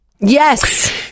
yes